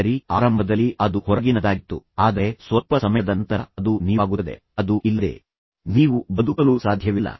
ಸರಿ ಆರಂಭದಲ್ಲಿ ಅದು ಹೊರಗಿನದ್ದಾಗಿತ್ತು ಆದರೆ ಸ್ವಲ್ಪ ಸಮಯದ ನಂತರ ಅದು ನೀವಾಗುತ್ತದೆ ಅದು ಇಲ್ಲದೆ ನೀವು ಬದುಕಲು ಸಾಧ್ಯವಿಲ್ಲ